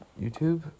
YouTube